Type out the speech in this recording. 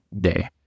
day